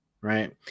right